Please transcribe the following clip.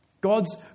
God's